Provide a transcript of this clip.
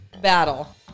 battle